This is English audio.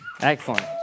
Excellent